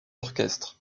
orchestre